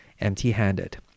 empty-handed